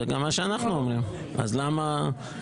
זה גם מה שאנחנו אומרים, למה ועדה משותפת?